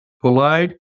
polite